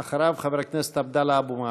אחריו, חבר הכנסת עבדאללה אבו מערוף.